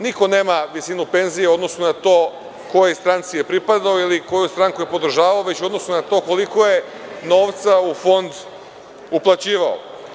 Niko nema visinu penzije u odnosu na to kojoj je stranci pripadao ili koju je stranku podržavao, već u odnosu na to koliko je novca u fond uplaćivao.